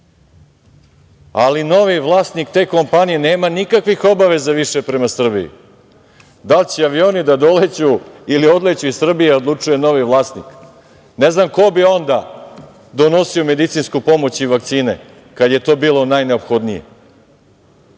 ali novi vlasnik te kompanije nema nikakvih obaveza više prema Srbiji. Da li će avioni da doleću ili odleću iz Srbije odlučuje novi vlasnik. Ne znam ko bi onda donosio medicinsku pomoći vakcine kad je to bilo najneophodnije? Nisam